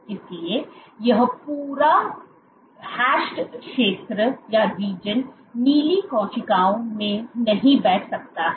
इसलिए यह पूरा हैशेड क्षेत्र नीली कोशिकाओं में नहीं बैठ सकता है